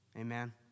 Amen